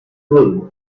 rule